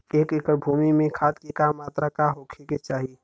एक एकड़ भूमि में खाद के का मात्रा का होखे के चाही?